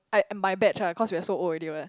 I my batch ah cause we're so old already [what]